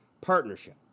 partnership